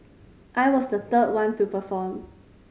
I was the third one to perform